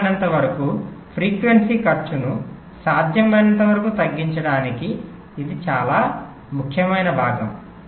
సాధ్యమైనంతవరకు ఫ్రీక్వెన్సీ ఖర్చును సాధ్యమైనంత వరకు తగ్గించడానికి ఇది చాలా ముఖ్యమైన భాగం